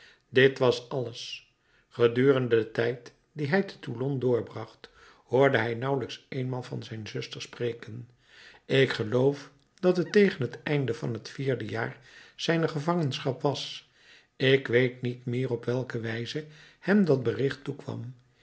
dit was alles gedurende den tijd dien hij te toulon doorbracht hoorde hij nauwelijks eenmaal van zijn zuster spreken ik geloof dat het tegen t einde van het vierde jaar zijner gevangenschap was ik weet niet meer op welke wijze hem dat bericht toekwam